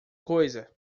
coisa